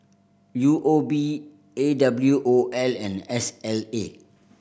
U O B A W O L and S L A